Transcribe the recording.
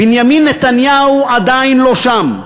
בנימין נתניהו עדיין לא שם.